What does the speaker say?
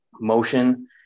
motion